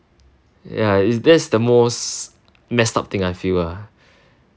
ya is that's the most messed up thing I feel lah